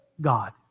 God